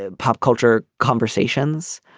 ah pop culture conversations.